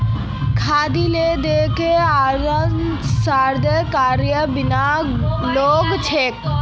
खालिदेर Antyodaya ration card बने गेल छेक